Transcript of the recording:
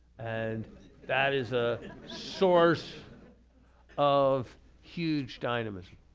and that is a source of huge dynamism.